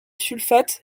sulfate